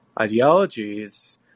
ideologies